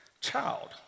child